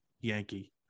yankee